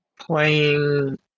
playing